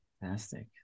Fantastic